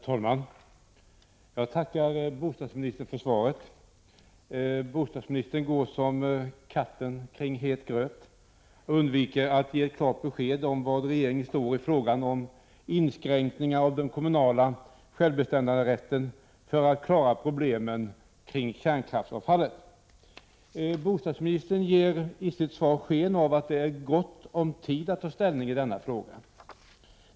Herr talman! Jag tackar bostadsministern för svaret. Bostadsministern går som katten kring het gröt och undviker att ge ett klart besked om var regeringen står i frågan om inskränkningar av den kommunala självbestämmanderätten för att klara problemen med kärnkraftsavfallet. Bostadsministern ger i sitt svar sken av att det är gott om tid att ta ställning i denna fråga.